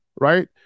right